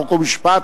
חוק ומשפט.